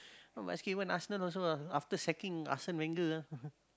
now even Arsenal also ah after sacking Arsene-Wenger ah